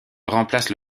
remplace